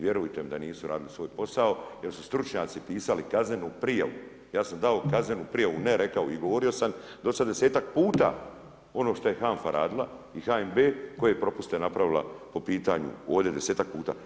Vjerujte mi da … radili svoj posao jer su stručnjaci pisali kaznenu prijavu, ja sam dao kaznenu prijavu, ne rekao i govorio sam do sada desetak puta ono što je HANFA radila i HNB koje je propustila po pitanju ovdje desetak puta.